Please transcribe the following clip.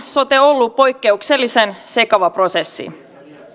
sote ollut poikkeuksellisen sekava prosessi